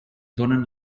donen